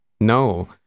no